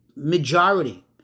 majority